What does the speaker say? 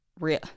real